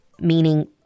meaning